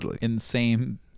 insane